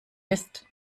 ist